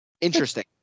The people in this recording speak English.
Interesting